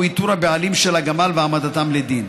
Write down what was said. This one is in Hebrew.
והוא איתור הבעלים של הגמל והעמדתם לדין.